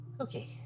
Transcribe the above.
Okay